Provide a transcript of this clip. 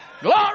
Glory